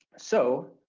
so,